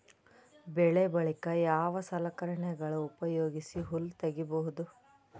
ಬೆಳಿ ಬಳಿಕ ಯಾವ ಸಲಕರಣೆಗಳ ಉಪಯೋಗಿಸಿ ಹುಲ್ಲ ತಗಿಬಹುದು?